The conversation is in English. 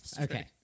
Okay